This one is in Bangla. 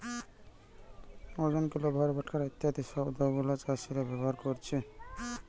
ওজন, কিলো, ভার, বাটখারা ইত্যাদি শব্দ গুলা চাষীরা ব্যবহার করতিছে